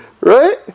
right